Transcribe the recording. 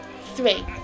three